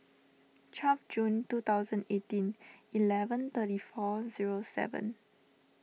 twelve June two thousand eighteen eleven thirty four zero seven